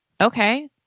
Okay